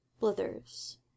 Blithers